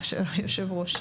היושב ראש,